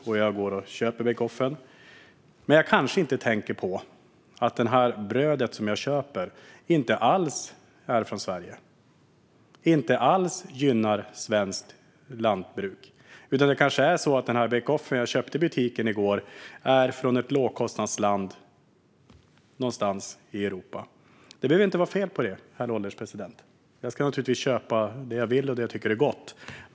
När man köper det brödet kanske man inte tänker på att brödet kanske inte alls är från Sverige och gynnar svenskt lantbruk. Den bake-off som jag köpte i butiken i går kanske är från ett lågkostnadsland någonstans i Europa. Det behöver inte vara fel på de produkterna, herr ålderspresident. Man ska naturligtvis köpa det man vill och det man tycker är gott.